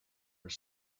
are